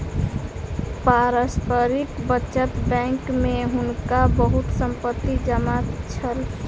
पारस्परिक बचत बैंक में हुनका बहुत संपत्ति जमा छल